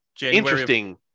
interesting